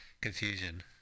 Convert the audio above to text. confusion